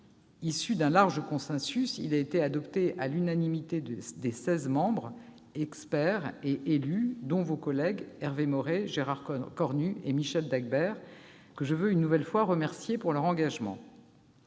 Issu d'un large consensus, il a été adopté à l'unanimité des seize membres, experts et élus, dont vos collègues Hervé Maurey, Gérard Cornu et Michel Dagbert, que je veux une nouvelle fois remercier de leur engagement.